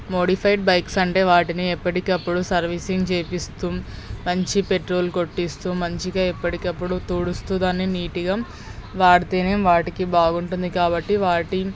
modified bikes అంటే వాటిని ఎప్పటికప్పుడు సర్వీసింగ్ చేయిస్తూ మంచి పెట్రోల్ కొట్టిస్తూ మంచిగా ఎప్పటికప్పుడు తుడుస్తూ దాన్ని నీట్గా వాడితేనే వాటికి బాగుంటుంది కాబట్టి వాటి